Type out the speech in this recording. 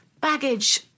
baggage